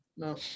No